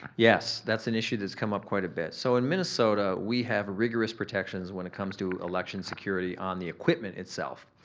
yes, that's an issue that's come up quite a bit. so, in minnesota we have rigorous protections when it comes to election security on the equipment itself.